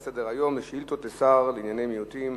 סדר-היום: שאילתות לשר לענייני מיעוטים.